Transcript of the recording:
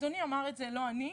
אדוני אמר את זה, לא אני.